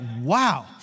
wow